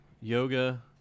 yoga